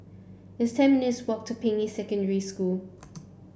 it's ten minutes walk to Ping Yi Secondary School